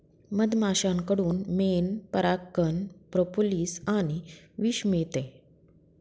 मधमाश्यांकडून मेण, परागकण, प्रोपोलिस आणि विष मिळते